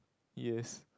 yes